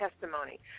testimony